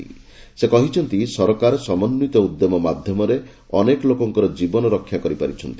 ପ୍ରଧାନମନ୍ତ୍ରୀ କହିଛନ୍ତି ସରକାର ସମନ୍ୱିତ ଉଦ୍ୟମ ମାଧ୍ୟମରେ ଅନେକ ଲୋକଙ୍କର ଜୀବନ ରକ୍ଷା କରିପାରିଛନ୍ତି